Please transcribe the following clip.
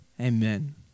Amen